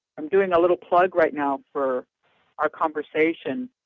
i'm doing a little plug right now for our conversation